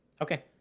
Okay